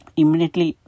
immediately